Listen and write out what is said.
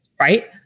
right